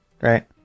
right